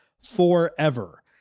forever